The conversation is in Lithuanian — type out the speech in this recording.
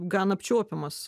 gan apčiuopiamas